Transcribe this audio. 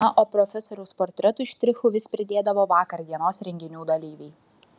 na o profesoriaus portretui štrichų vis pridėdavo vakardienos renginių dalyviai